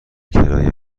کرایه